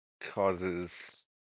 causes